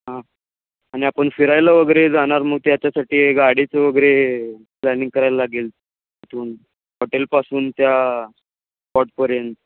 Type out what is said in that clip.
हां आणि आपण फिरायला वगैरे जाणार मग ते याच्यासाठी गाडीचं वगैरे प्लॅनिंग करायला लागेल तिथून हॉटेलपासून त्या स्पॉटपर्यंत